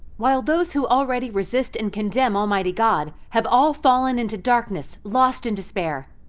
while those who already resist and condemn almighty god have all fallen into darkness, lost in despair.